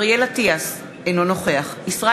אינו נוכח אריאל אטיאס,